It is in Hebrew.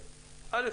ראשית,